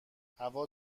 هوا